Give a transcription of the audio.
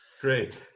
Great